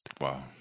Wow